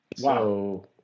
Wow